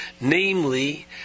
Namely